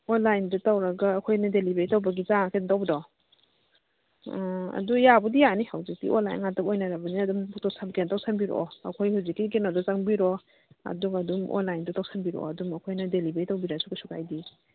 ꯑꯣꯟꯂꯥꯏꯟꯗ ꯇꯧꯔꯒ ꯑꯩꯈꯣꯏꯅ ꯗꯤꯂꯤꯕꯔꯤ ꯇꯧꯕꯒꯤ ꯀꯩꯅꯣ ꯇꯧꯕꯗꯣ ꯑꯥ ꯑꯗꯨ ꯌꯥꯕꯨꯗꯤ ꯌꯥꯅꯤ ꯍꯧꯖꯤꯛꯇꯤ ꯑꯣꯟꯂꯥꯏꯟ ꯉꯥꯛꯇ ꯑꯣꯏꯅꯔꯕꯅꯤꯅ ꯀꯩꯅꯣ ꯇꯧꯁꯤꯟꯕꯤꯔꯛꯑꯣ ꯑꯩꯈꯣꯏ ꯍꯧꯖꯤꯛꯀꯤ ꯀꯩꯅꯣꯁꯣ ꯆꯪꯕꯤꯔꯣ ꯑꯗꯨꯒ ꯑꯗꯨꯝ ꯑꯣꯟꯂꯥꯏꯟꯗꯨ ꯇꯧꯁꯤꯟꯕꯤꯔꯛꯑꯣ ꯑꯗꯨꯝ ꯑꯩꯈꯣꯏꯅ ꯗꯤꯂꯤꯕꯔꯤ ꯇꯧꯕꯤꯔꯁꯨ ꯀꯩꯁꯨ ꯀꯥꯏꯗꯦ